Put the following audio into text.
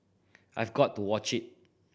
I've got to watch it